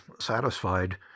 satisfied